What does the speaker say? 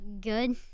Good